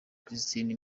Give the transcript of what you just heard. christine